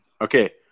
Okay